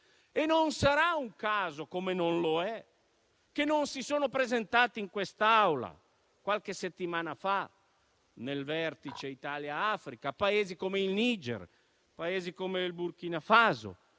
Non sarà un caso - non lo è - che non si sono presentati in quest'Aula qualche settimana fa, nel vertice Italia-Africa, Paesi come il Niger, il Burkina Faso